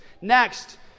Next